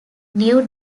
new